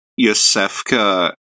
Yosefka –